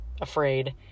afraid